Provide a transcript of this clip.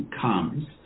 comes